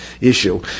issue